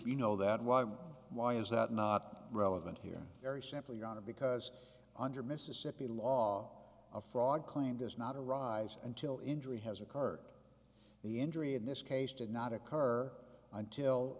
know that why why is that not relevant here very simply your honor because under mississippi law a fraud claim does not arise until injury has occurred the injury in this case did not occur until